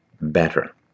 better